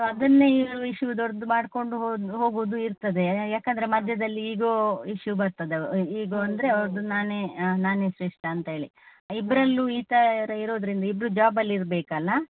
so ಅದನ್ನೇ issue ದೊಡ್ಡದು ಮಾಡಿಕೊಂಡು ಹೋಗೋದು ಇರ್ತದೆ ಯಾಕೆಂದ್ರೆ ಮಧ್ಯದಲ್ಲಿ ಈಗೊ ಇಶ್ಯೂ ಬರ್ತದೆ ಈಗೊ ಅಂದರೆ ಅವ್ರದ್ದು ನಾನೇ ನಾನೇ ಶ್ರೇಷ್ಠ ಅಂಥೇಳಿ ಇಬ್ಬರಲ್ಲೂ ಈ ಥರ ಇರೋದರಿಂದ ಇಬ್ಬರೂ ಜಾಬಲ್ಲಿ ಇರಬೇಕಲ್ಲ